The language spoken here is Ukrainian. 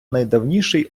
найдавніший